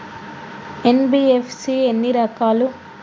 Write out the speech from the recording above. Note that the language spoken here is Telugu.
ఎన్.బి.ఎఫ్.సి ఎన్ని రకాలు?